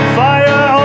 fire